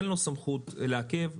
אין לו סמכות לעכב.